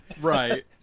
Right